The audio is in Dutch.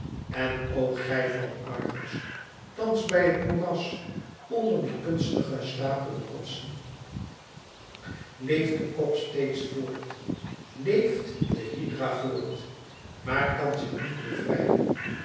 en o gij van argos thans bij het moeras onder die kunstig gestapelde rotsen leeft de kop steeds voort leeft de hydra voort maar kan zich niet bevrijden